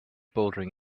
bouldering